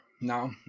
now